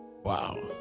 Wow